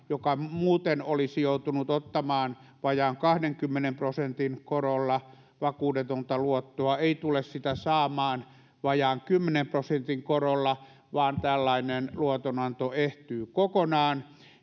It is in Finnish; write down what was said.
niistä joka muuten olisi joutunut ottamaan vajaan kahdenkymmenen prosentin korolla vakuudetonta luottoa ei tule sitä saamaan vajaan kymmenen prosentin korolla vaan tällainen luotonanto ehtyy kokonaan